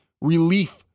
relief